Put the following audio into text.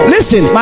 Listen